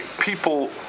People